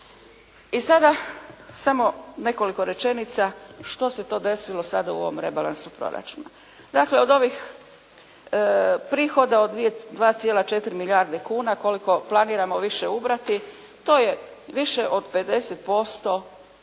I sada samo nekoliko rečenica što se to desilo sada u ovom rebalansu proračuna? Dakle od ovih prihoda od 2,4 milijarde kuna koliko planiramo više ubrati to je više od 50% se